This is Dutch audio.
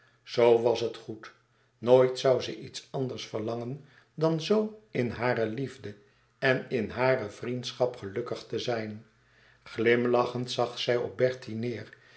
zoo was het goed nooit zoû ze iets anders verlangen dan zoo in hare liefde en in hare vriendschap gelukkig te zijn glimlachend zag zij op bertie neêr